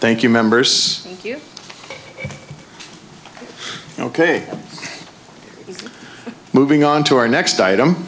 thank you members ok moving on to our next item